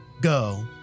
Go